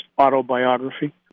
autobiography